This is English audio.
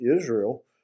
Israel